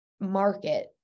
market